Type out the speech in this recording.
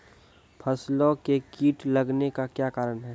फसलो मे कीट लगने का क्या कारण है?